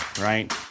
right